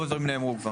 רוב הדברים כבר נאמרו.